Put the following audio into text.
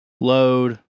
Load